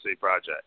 project